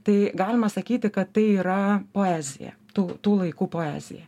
tai galima sakyti kad tai yra poezija tų tų laikų poezija